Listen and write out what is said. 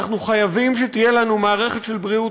אנחנו חייבים שתהיה לנו מערכת של בריאות